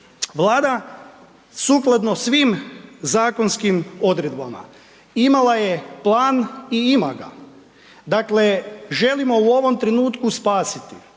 Vlada sukladno svim zakonskim odredbama imala je plan i ima ga. Dakle, želimo u ovom trenutku spasiti